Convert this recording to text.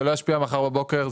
זה לא ישפיע מחר בבוקר,